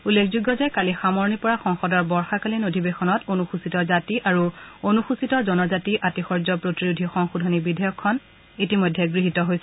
উল্লেখযোগ্য যে কালি সামৰণি পৰা সংসদৰ বৰ্যাকালীন অধিবেশনত অনুসূচিত জাতি আৰু অনুসূচিত জন জাতি আতিশয্য প্ৰতিৰোধী সংশোধনী বিধেয়কখন ইতিমধ্যে গৃহীত হৈছে